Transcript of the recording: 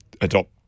adopt